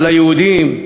על היהודים,